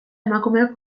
emakumeok